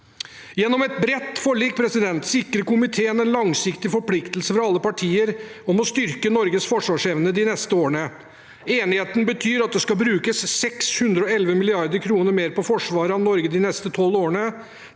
Gjennom et bredt forlik sikrer komiteen en langsiktig forpliktelse fra alle partier om å styrke Norges forsvarsevne de neste årene. Enigheten betyr at det skal brukes 611 mrd. kr mer på forsvar av Norge de neste tolv årene,